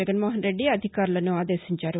జగన్మోహన్ రెద్ది అధికారులను ఆదేశించారు